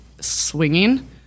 swinging